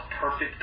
perfect